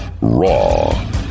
raw